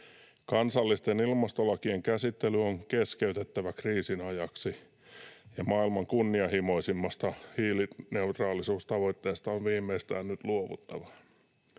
Kansallisten ilmastolakien käsittely on keskeytettävä kriisin ajaksi, ja maailman kunnianhimoisimmasta hiilineutraalisuustavoitteesta on viimeistään nyt luovuttava.